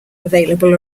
available